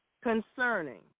concerning